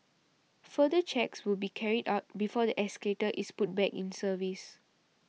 further checks will be carried out before the escalator is put back in service